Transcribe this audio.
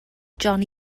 johnny